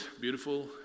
beautiful